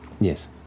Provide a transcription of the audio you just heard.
Yes